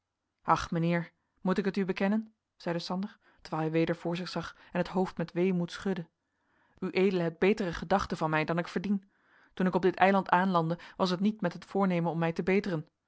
ach mijnheer moet ik het u bekennen zeide sander terwijl hij weder voor zich zag en het hoofd met weemoed schudde ued hebt betere gedachten van mij dan ik verdien toen ik op dit eiland aanlandde was het niet met het voornemen om mij te beteren